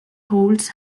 holds